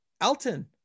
Elton